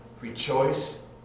rejoice